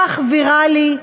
הפך ויראלי,